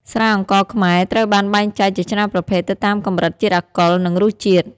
ស្រាអង្ករខ្មែរ ត្រូវបានបែងចែកជាច្រើនប្រភេទទៅតាមកម្រិតជាតិអាល់កុល និងរសជាតិ។